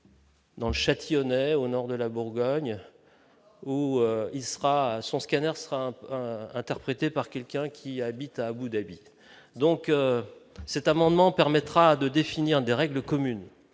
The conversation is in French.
Dans le Châtillonnais, au nord de la Bourgogne, où il sera son scanners sera un peu un interprété par quelqu'un qui habite à Abou Dhabi, donc cet amendement permettra de définir des règles communes,